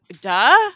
duh